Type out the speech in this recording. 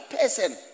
person